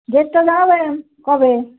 ডেটটা জানাবেন কবে